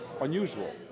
unusual